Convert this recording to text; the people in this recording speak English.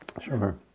Sure